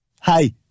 hi